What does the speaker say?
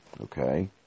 okay